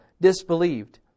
disbelieved